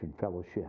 fellowship